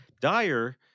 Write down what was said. Dyer